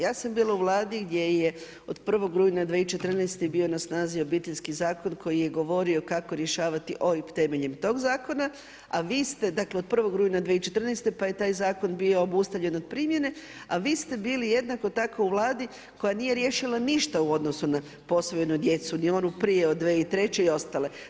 Ja sam bila u Vladi gdje je od 1. rujna 2014. bio na snazi Obiteljski zakon koji je govorio kako rješavati OIB temeljem tog Zakona, a vi ste dakle, od 1. rujna 2014., pa je taj Zakon bio obustavljen od primjene, a vi ste bili jednako tako u Vladi koja nije riješila ništa u odnosu na posvojenu djecu, ni onu prije od 2003. i ostale.